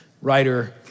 writer